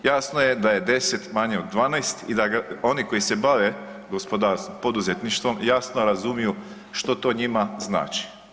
Jasno je da je 10 manje od 12 i da oni koji se bave gospodarstvom, poduzetništvo, jasno razumiju što to njima znači.